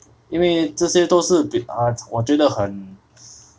因为这些都是比我觉得很